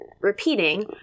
repeating